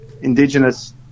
Indigenous